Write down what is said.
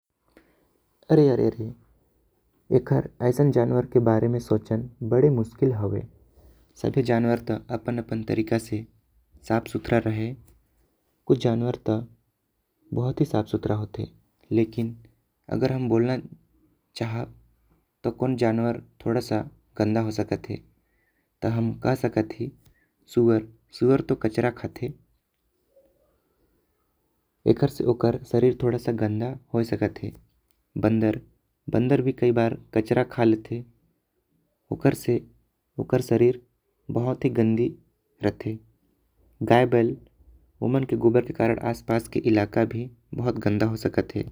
अरे अरे अरे एकर ऐसन जानवर के बारे में सोचल बड़े मुश्किल हैवे। सभी जानवर तो अपन अपन तरीका से साफ सुथरा रहे। कुछ जानवर त बहुत साफ सुथरा होते लेकिन हम बोलन चाहत। त कोन जानवर थोड़ा सा गंदा हो सकत हे। त हम कह सकत ही सुअर सुअर त कचरा खाते। एकर से ओकर शरीर थोड़ा गंदा हो सकत हे बंदर बंदर भी कभी कचरा खा लेते। ओकर से ओकर शरीर बहुत ही गंदी रहते गाय बेल ओमन के गोबर के कारण। आस पास के इलाका भी बहुत गंदा हो सकत हे।